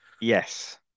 Yes